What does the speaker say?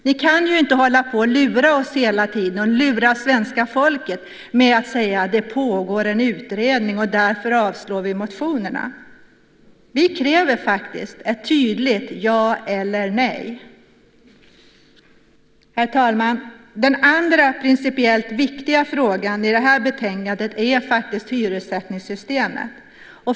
Ni kan ju inte hålla på och lura oss och lura svenska folket med att hela tiden säga att det pågår en utredning och att ni därför avstyrker motionerna. Vi kräver faktiskt ett tydligt ja eller nej. Herr talman! Den andra principiellt viktiga frågan i det här betänkandet är hyressättningssystemet.